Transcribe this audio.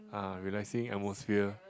uh relaxing atmosphere